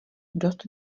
dost